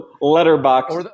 Letterbox